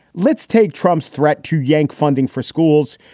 let's take trump's threat to yank funding for schools.